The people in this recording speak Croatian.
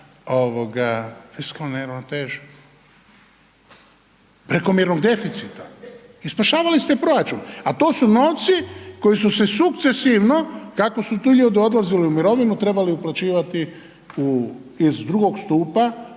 ovoga fiskalne neravnoteže, prekomjernog deficita i spašavali ste proračun, a to su novci koji su se sukcesivno kako su ti ljudi odlazili u mirovinu trebali uplaćivati iz drugog stupa